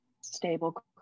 stable